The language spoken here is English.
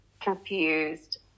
confused